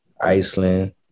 Iceland